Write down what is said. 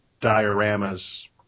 dioramas